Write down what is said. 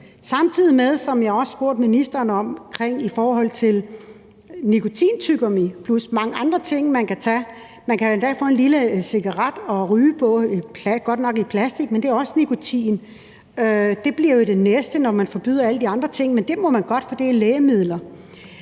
samtidig med, som jeg også spurgte ministeren til, at nikotintyggegummi plus mange andre ting, man kan tage – man kan endda få en lille cigaret og ryge på, godt nok i plastik, men det er også nikotin, men det bliver vel det næste, når man forbyder alle de andre ting – må man godt købe, fordi det er lægemidler.